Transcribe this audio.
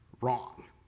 wrong